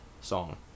song